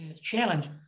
challenge